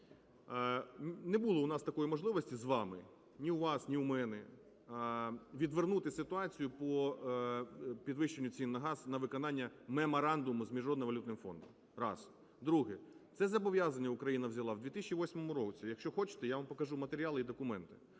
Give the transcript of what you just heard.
не було у нас такої можливості з вами, ні у вас, ні у мене, відвернути ситуацію по підвищенню цін на газ на виконання Меморандуму з Міжнародним валютним фондом. Раз. Друге. Це зобов'язання Україна взяла в 2008 році. Якщо хочете, я вам покажу матеріали і документи.